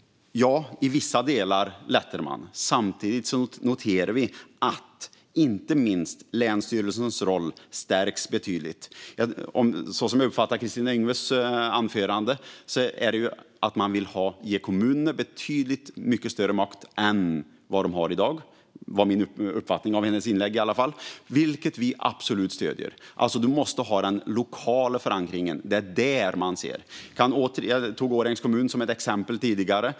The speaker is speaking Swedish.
Ja, i vissa delar lättar man på det. Samtidigt noterar vi att inte minst länsstyrelsens roll stärks betydligt. Som jag uppfattade Kristina Yngwes anförande vill man ge kommunerna betydligt mycket större makt än de har i dag. Det är i alla fall så jag uppfattade hennes inlägg. Det stöder vi absolut. Man måste ha den lokala förankringen. Jag tog Årjängs kommun som ett exempel tidigare.